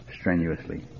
strenuously